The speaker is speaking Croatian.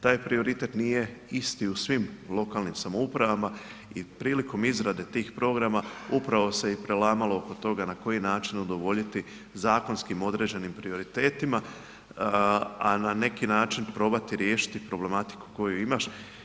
Taj prioritet nije isti u svim lokalnim samoupravama i prilikom izrade tih programa upravo se i prelamalo oko toga na koji način udovoljiti zakonskim određenim prioritetima, a ne neki način probati riješiti problematiku koju imaš.